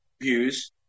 views